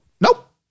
Nope